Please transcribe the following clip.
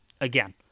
again